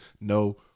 no